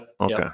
Okay